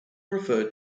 referred